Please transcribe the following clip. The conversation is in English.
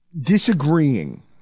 disagreeing